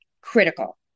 critical